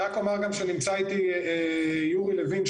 אני רק אגיד שנמצא איתי יורי לוין,